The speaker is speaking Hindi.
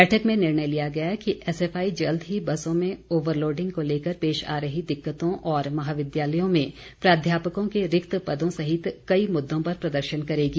बैठक में निर्णय लिया गया कि एसएफआई जल्द ही बसों में ओवर लोडिंग को लेकर पेश आ रही दिक्कतों महाविद्यालयों में प्राध्यापकों के रिक्त पदों सहित कई मुद्दों पर प्रदर्शन करेगी